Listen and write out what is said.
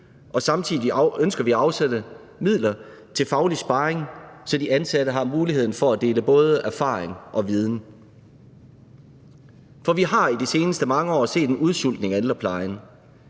Samtidig ønsker vi at afsætte midler til faglig sparring, så de ansatte har muligheden for at dele både erfaring og viden. For vi har i de seneste mange år set en udsultning af ældreplejen.